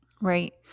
Right